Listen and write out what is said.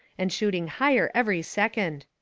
and shooting higher every second.